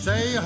Say